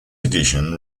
edition